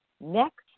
next